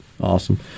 Awesome